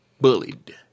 bullied